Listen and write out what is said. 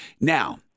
Now